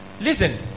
Listen